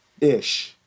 ish